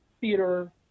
theater